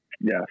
Yes